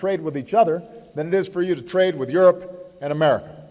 trade with each other than it is for you to trade with europe and america